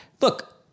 Look